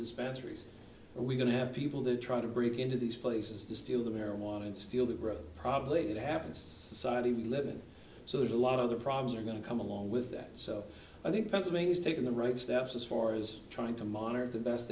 dispensaries are we going to have people there trying to break into these places to steal the marijuana and steal the road probably that happens society live and so there's a lot of the problems are going to come along with that so i think pennsylvania's taking the right steps as far as trying to monitor the best